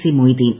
C Moideen